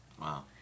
Wow